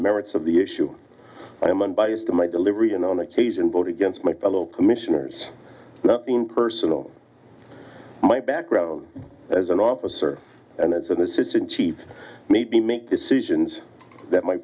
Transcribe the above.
merits of the issue i am unbiased in my delivery and on occasion vote against my fellow commissioners in personal my background as an officer and as an assistant chief maybe make decisions that my